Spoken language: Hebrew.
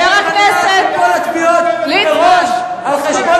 היא לא נכנעה לכל התביעות מראש על חשבון